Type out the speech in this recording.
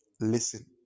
Listen